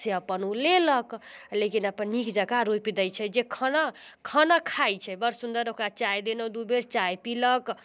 से अपन उ लेलक नीक जकाँ रोपि दै छै जे खाना खाना खाइ छै बड़ सुन्दर ओकरा चाय देनहुँ दू बेर चाय पीलक